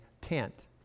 tent